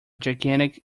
gigantic